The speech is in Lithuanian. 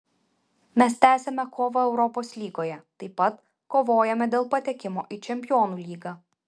mes tęsiame kovą europos lygoje taip pat kovojame dėl patekimo į čempionų lygą